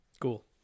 Cool